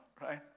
right